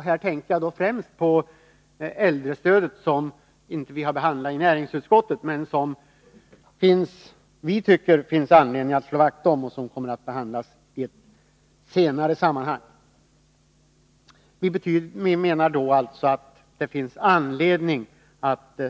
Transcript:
Här tänker jag främst på äldrestödet, som vi inte har behandlat i näringsutskottet. Vi tycker det finns anledning att slå vakt om äldrestödet, och den frågan kommer att behandlas i ett senare sammanhang. Vi menar alltså att det finns anledning att